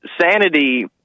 Sanity